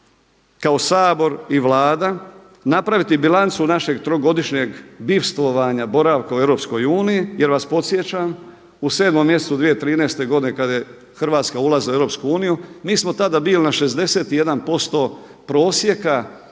kao Sabor i Vlada napraviti bilancu našeg trogodišnjeg bivstvovanja, boravka u Europskoj uniji, jer vas podsjećam u 7. mjesecu 2013. godine kada je Hrvatska ulazila u Europsku uniju, mi smo tada bili na 61% prosjeka